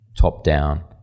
top-down